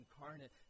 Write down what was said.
incarnate